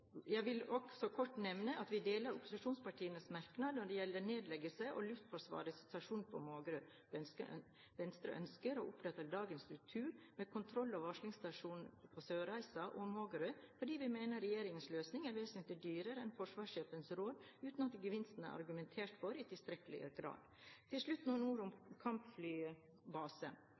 Venstre ønsker å opprettholde dagens struktur med kontroll- og varslingsstasjoner på Sørreisa og Mågerø fordi vi mener at regjeringens løsning er vesentlig dyrere enn forsvarssjefens råd, uten at gevinsten er argumentert for i tilstrekkelig grad. Til slutt noen ord om kampflybase.